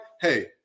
Hey